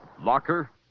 Locker